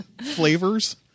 flavors